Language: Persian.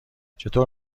چطور